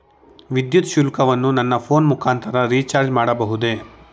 ವಿದ್ಯುತ್ ಶುಲ್ಕವನ್ನು ನನ್ನ ಫೋನ್ ಮುಖಾಂತರ ರಿಚಾರ್ಜ್ ಮಾಡಬಹುದೇ?